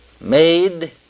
made